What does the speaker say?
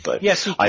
Yes